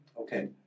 Okay